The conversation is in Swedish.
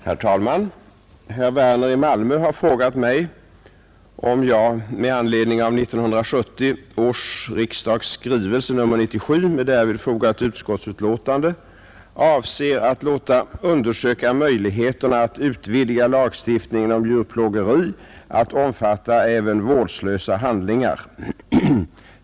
Herr talman! Herr Werner i Malmö har frågat mig om jag — med anledning av 1970 års riksdags skrivelse nr 97 med därvid fogat utskottsutlåtande — avser att låta undersöka möjligheterna att utvidga lagstiftningen om djurplågeri att omfatta även vårdslösa handlingar.